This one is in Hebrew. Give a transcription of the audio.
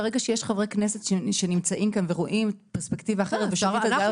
ברגע שיש חברי כנסת שנמצאים כאן ורואים פרספקטיבה אחרת --- אנחנו